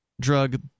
drug